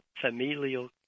familial